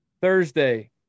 Thursday